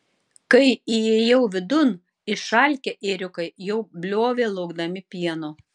kai įėjau vidun išalkę ėriukai jau bliovė laukdami pieno